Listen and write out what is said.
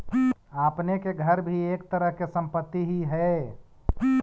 आपने के घर भी एक तरह के संपत्ति ही हेअ